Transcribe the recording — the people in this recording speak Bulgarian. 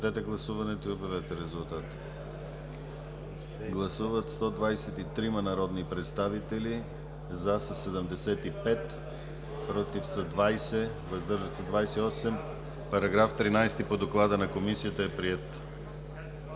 Гласували 123 народни представители: за 75, против 20, въздържали се 28. Параграф 13 по доклада на Комисията е приет.